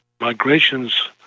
Migrations